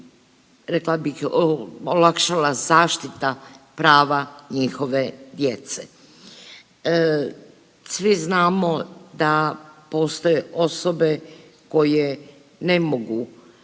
rekla bih, olakšala zaštita prava njihove djece. Svi znamo da postoje osobe koje ne mogu